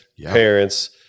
parents